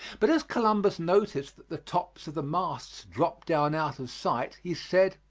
but as columbus noticed that the tops of the masts dropped down out of sight, he said